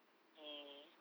mm